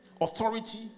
authority